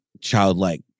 childlike